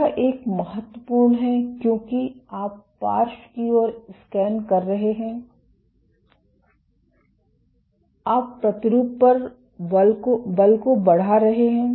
यह महत्वपूर्ण है क्योंकि आप पार्श्व की ओर से स्कैन कर रहे हैं आप प्रतिरूप पर बल को बढ़ा रहे हैं